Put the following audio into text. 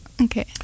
Okay